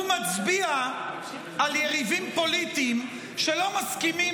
הוא מצביע על יריבים פוליטיים שלא מסכימים